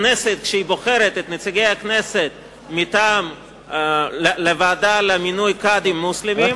כשהכנסת בוחרת את נציגי הכנסת לוועדה למינוי קאדים מוסלמים,